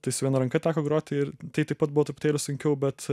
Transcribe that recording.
tai su viena ranka teko groti ir tai taip pat buvo truputėlį sunkiau bet